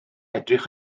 edrych